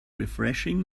refreshing